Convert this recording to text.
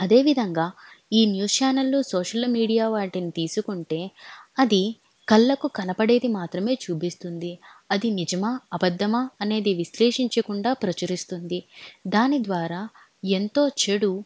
అదేవిధంగా ఈ న్యూస్ ఛానళ్ల్లో సోషల్ మీడియా వాటిని తీసుకుంటే అది కళ్ళకు కనపడేది మాత్రమే చూపిస్తుంది అది నిజమా అబద్దమా అనేది విశ్లేషించకుండా ప్రచురిస్తుంది దాని ద్వారా ఎంతో చెడు